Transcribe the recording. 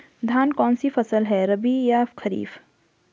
धान कौन सी फसल है रबी या खरीफ?